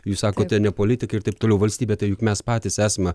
jūs sakote ne politikai ir taip toliau valstybė tai juk mes patys esame